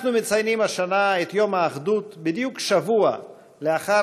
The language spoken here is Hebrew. אנחנו מציינים השנה את יום האחדות בדיוק שבוע לאחר